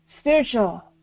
spiritual